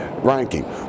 ranking